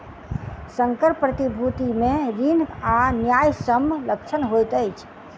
संकर प्रतिभूति मे ऋण आ न्यायसम्य लक्षण होइत अछि